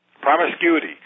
promiscuity